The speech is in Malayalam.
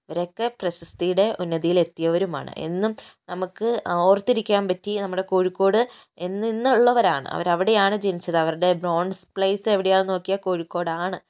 ഇവരൊക്കെ പ്രശസ്തിയുടെ ഉന്നതിയിലെത്തിയവരുമാണ് എന്നും നമുക്ക് ഓർത്തിരിക്കാൻ പറ്റി നമ്മുടെ കോഴിക്കോട് എന്ന് ഇന്നുള്ളവരാണ് അവരവിടെയാണ് ജനിച്ചത് അവരുടെ ബോൺ പ്ലേസ് എവിടെയാന്നു നോക്കിയാൽ കോഴിക്കോടാണ്